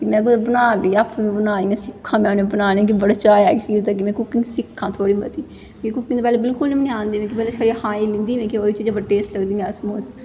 में कुतै बनां आपूं गी बनां सिक्खां में उ'नें बनाने दा मिगी बड़ा चाऽ ऐ कि में कुकिंग सिक्खां थोह्ड़ी मती मिगी कुकिंग पैह्लें बिलकुल बी निं ही आंदी मिगी पैह्लें खाई लैंदा ही मिगी एह् चीज़ां बड़ियां टेस्टी लगदियां हां समोसे